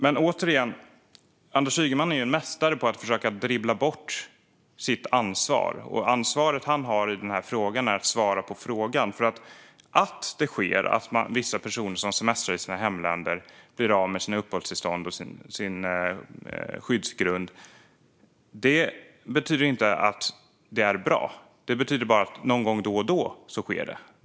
Men återigen: Anders Ygeman är en mästare på att försöka dribbla bort sitt ansvar. Det ansvar han har i det här fallet är att svara på frågan. Att vissa personer som semestrar i sina hemländer blir av med uppehållstillstånd och skyddsgrund betyder inte att allt är bra. Det sker nämligen bara någon gång då och då.